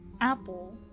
apple